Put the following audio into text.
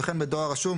וכן בדואר רשום,